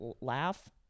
laugh